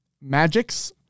Magics